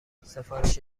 سفارش